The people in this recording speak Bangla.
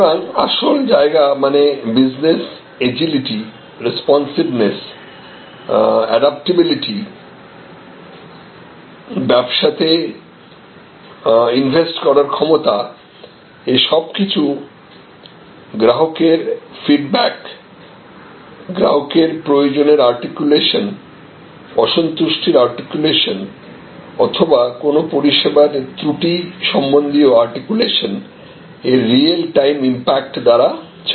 সুতরাং আসল জায়গা মানে বিজনেস এজিলিটি রেস্পন্সিভনেস অ্যাডাপটিবিলিটি ব্যবসাতে ইনোভেট করার ক্ষমতা এসব কিছু গ্রাহকের ফিডব্যাক গ্রাহকের প্রয়োজনের আর্টিকুলেশন অসন্তুষ্টির আর্টিকুলেশন অথবা কোন পরিষেবার ত্রুটি সম্বন্ধীয় আর্টিকুলেশন এর রিয়াল টাইম ইম্প্যাক্ট দ্বারা চালিত